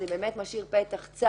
זה באמת משאיר פתח צר